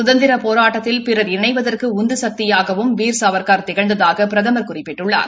சுதந்திரப் போட்டத்தில் பிறர் இணைவதற்கு உந்து சக்தியாகவும் வீர் சாவர்கர் திகழ்ந்ததாக பிரதமர் குறிப்பிட்டுள்ளார்